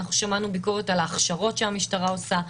אנחנו שמענו ביקורת על ההכשרות שהמשטרה עושה.